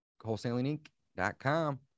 WholesalingInc.com